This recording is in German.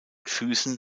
füssen